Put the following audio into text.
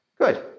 Good